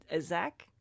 Zach